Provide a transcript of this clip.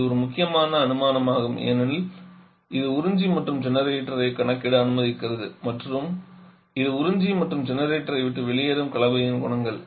இது ஒரு முக்கியமான அனுமானமாகும் ஏனெனில் இது உறிஞ்சி மற்றும் ஜெனரேட்டரைக் கணக்கிட அனுமதிக்கிறது மற்றும் இது உறிஞ்சி மற்றும் ஜெனரேட்டரை விட்டு வெளியேறும் கலவையின் குணங்கள்